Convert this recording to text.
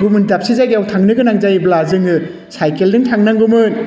गुबुन दाबसे जायगायाव थांनो गोनां जायोब्ला जोङो साइकेलजों थांनागौमोन